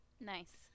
nice